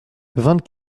vingt